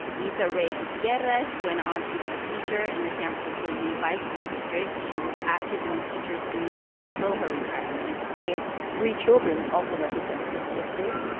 lisa rae gutierrez went on to become a teacher in the san francisco unified school district. she was active in the teachers union until her retirement my three children also went to san francisco state,